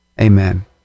amen